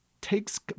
takes –